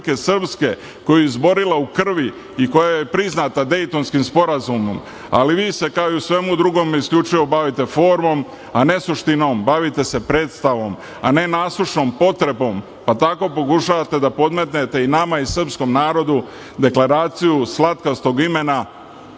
koju je izborila u krvi i koja priznata Dejtonskim sporazumom, ali vi se kao i u svemu drugome isključivo bavite formom, a ne suštinom, bavite se predstavom, a ne nasušnom potrebom, pa tako pokušavate da podmetnete i nama i srpskom narodu deklaraciju slatkastog imena